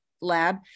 lab